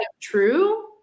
true